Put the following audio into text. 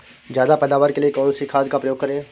ज्यादा पैदावार के लिए कौन सी खाद का प्रयोग करें?